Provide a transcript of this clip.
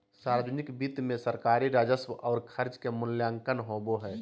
सावर्जनिक वित्त मे सरकारी राजस्व और खर्च के मूल्यांकन होवो हय